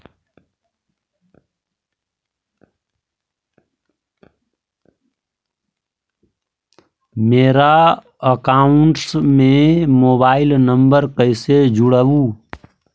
मेरा अकाउंटस में mobile number कैसे जुड़उ?